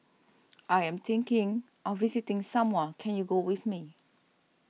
I am thinking of visiting Samoa can you go with me